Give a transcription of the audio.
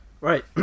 Right